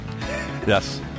Yes